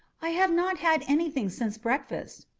i have not had anything since breakfast.